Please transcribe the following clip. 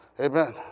Amen